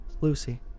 Lucy